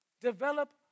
Develop